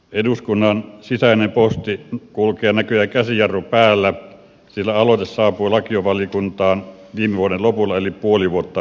eduskunnan sisäinen posti kulkee näköjään käsijarru päällä sillä aloite saapui lakivaliokuntaan viime vuoden lopulla eli puoli vuotta myöhemmin